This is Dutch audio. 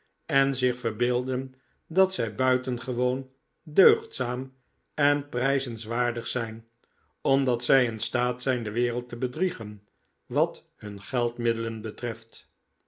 en zich verbeelden dat zij buitengewoon deugdzaam en prijzenswaardig zijn omdat zij in staat zijn de wereld te bedriegen wat hun geldmiddelen betreft